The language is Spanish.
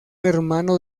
hermano